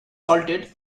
salted